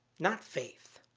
not faith.